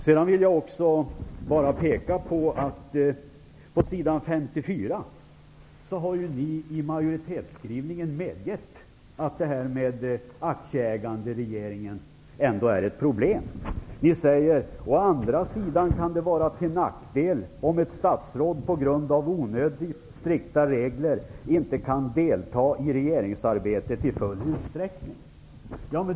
Sedan vill jag påpeka att ni i majoritetsskrivningen på s. 54 medgett att aktieägandet ändå är ett problem för regeringen. Ni säger: ''Å andra sidan kan det vara till nackdel om ett statsråd på grund av onödigt strikta regler inte kan delta i regeringsarbetet i full utsträckning.''